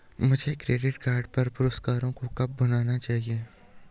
मुझे credit card पर पुरस्कारों को कब भुनाना चाहिए?